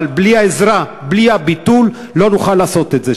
אבל בלי העזרה, בלי הביטול, לא נוכל לעשות את זה.